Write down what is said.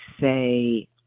say